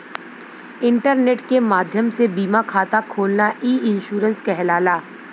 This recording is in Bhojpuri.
इंटरनेट के माध्यम से बीमा खाता खोलना ई इन्शुरन्स कहलाला